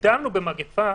במגפה,